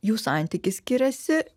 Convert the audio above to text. jų santykis skiriasi